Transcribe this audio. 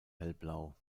hellblau